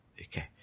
okay